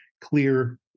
clear